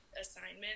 assignment